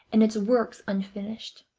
and its works unfinished.